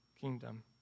kingdom